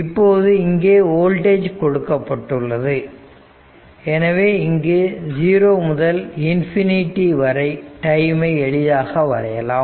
இப்போது இங்கே வோல்டேஜ் கொடுக்கப்பட்டுள்ளது எனவே இங்கு 0 முதல் இன்ஃபினிட்டி வரை டைமை எளிதாக வரையலாம்